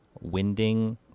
Winding